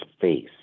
face